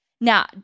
Now